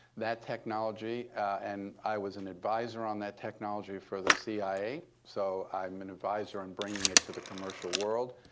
that technology and i was an adviser on that technology for the cia. so i'm an advisor on bringing it to the commercial world.